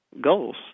goals